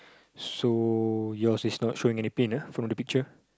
so yours is not showing any pin ah from the picture